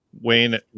Wayne